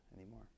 anymore